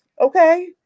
okay